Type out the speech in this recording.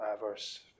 verse